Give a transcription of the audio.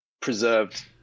preserved